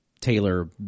Taylor